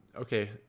okay